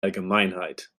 allgemeinheit